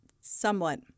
Somewhat